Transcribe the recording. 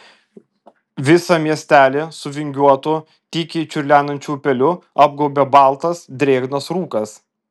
visą miesteli su vingiuotu tykiai čiurlenančiu upeliu apgaubė baltas drėgnas rūkas